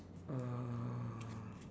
ah